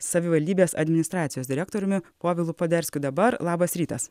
savivaldybės administracijos direktoriumi povilu poderskiu dabar labas rytas